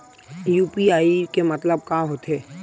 UPI के मतलब का होथे?